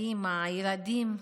האימא, הילדים,